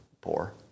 poor